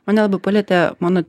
mane labai palietė mano